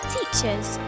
Teachers